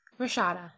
Rashada